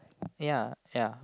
ya ya